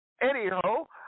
Anyhow